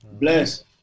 Bless